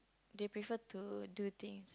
they prefer to do things